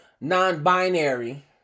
non-binary